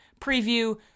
preview